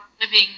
living